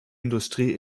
industrie